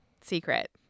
secret